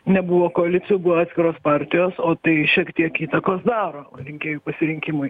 nebuvo koalicijų buvo atskiros partijos o tai šiek tiek įtakos daro rinkėjų pasirinkimui